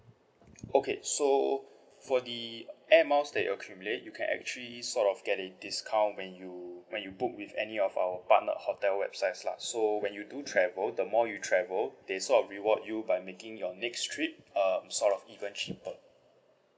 okay so for the air miles that you accumulate you can actually sort of get a discount when you when you book with any of our partnered hotel websites lah so when you do travel the more you travel they sort of reward you by making your next trip um sort of even cheaper